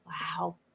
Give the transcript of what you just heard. Wow